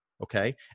Okay